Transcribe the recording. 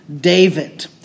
David